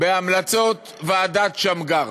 בהמלצות ועדת שמגר.